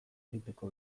egiteko